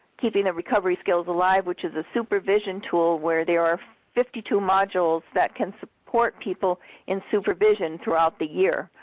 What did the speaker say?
keeping the recovery skills alive which is a supervision tool where there are fifty two modules that can support people in supervision throughout the year.